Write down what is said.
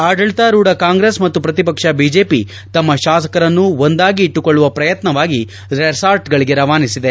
ಆಡಳಿತಾರೂಢ ಕಾಂಗ್ರೆಸ್ ಮತ್ತು ಪ್ರತಿಪಕ್ಷ ಬಿಜೆಪಿ ತಮ್ಮ ಶಾಸಕರನ್ನು ಒಂದಾಗಿ ಇಟ್ಟುಕೊಳ್ಳುವ ಪ್ರಯತ್ನವಾಗಿ ರೆಸಾರ್ಟ್ಗಳಿಗೆ ರವಾನಿಸಿದೆ